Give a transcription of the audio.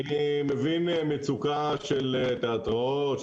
אני מבין מצוקה של תיאטראות,